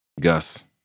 Gus